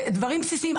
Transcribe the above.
זה דברים בסיסיים,